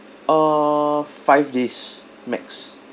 uh five days max